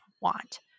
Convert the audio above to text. want